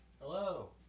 Hello